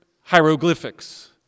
hieroglyphics